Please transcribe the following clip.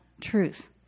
truth